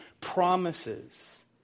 promises